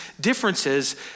differences